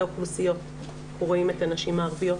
אנחנו רואים את הנשים הערביות,